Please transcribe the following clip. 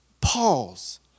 Pause